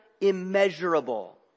immeasurable